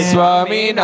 Swami